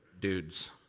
dude's